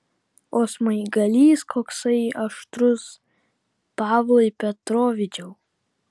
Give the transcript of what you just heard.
o smaigalys koksai aštrus pavlai petrovičiau